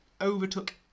overtook